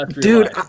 Dude